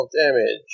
damage